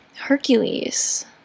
Hercules